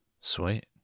sweet